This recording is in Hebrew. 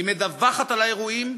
היא מדווחת על האירועים,